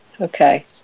Okay